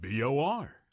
BOR